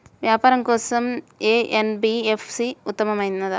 వ్యాపారం కోసం ఏ ఎన్.బీ.ఎఫ్.సి ఉత్తమమైనది?